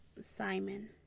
Simon